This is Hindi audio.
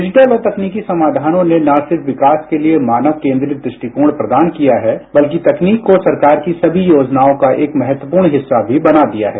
डिजिटल और तकनीकी समाधानों ने ना सिर्फ विकास के लिए मानव केंद्रित दृष्टिकोण प्रदान किया है बल्कि तकनीक को सरकार की सभी योजनाओं का एक महत्वपूर्ण हिस्सा भी बना दिया है